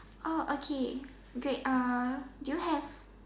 uh okay great uh do you have